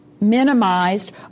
minimized